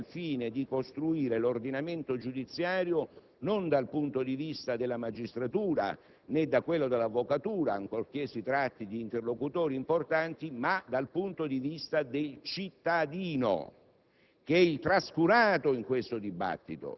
e soprattutto abbiamo cercato di operare al fine di realizzare un ordinamento giudiziario non costruito dal punto di vista della magistratura né da quello dell'avvocatura (ancorché si tratti di interlocutori importanti), piuttosto dal punto di vista del cittadino,